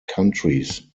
countries